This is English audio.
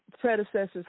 predecessors